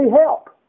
help